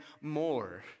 more